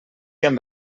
amb